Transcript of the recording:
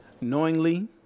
Knowingly